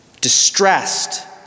distressed